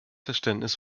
verständnis